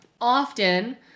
often